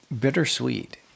Bittersweet